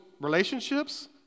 relationships